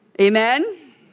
Amen